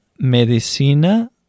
Medicina